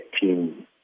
team